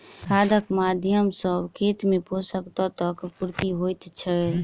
खादक माध्यम सॅ खेत मे पोषक तत्वक पूर्ति होइत छै